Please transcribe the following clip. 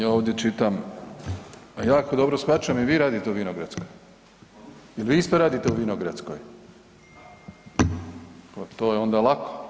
Ja ovdje čitam a jako dobro shvaćam, i vi radite u Vinogradskoj? … [[Upadica sa strane, ne razumije se.]] Jel vi isto radite u Vinogradskoj? … [[Upadica sa strane, ne razumije se.]] Pa to je onda lako.